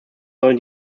sollen